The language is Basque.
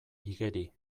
igeri